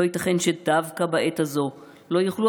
לא ייתכן שדווקא בעת הזאת לא יוכלו